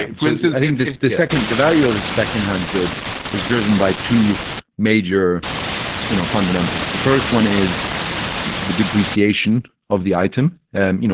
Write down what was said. for instance, in this the second, the value of a second hand good is driven by two major you know fundamentals the first one is the depreciation of the item. and you know,